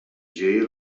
dzieje